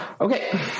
Okay